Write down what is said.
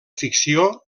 ficció